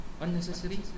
unnecessary